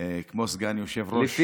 כמו סגן יושב-ראש ותיק.